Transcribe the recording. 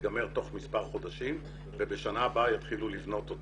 שיסתיים תוך מספר חודשים ובשנה הבאה יתחילו לבנות אותו.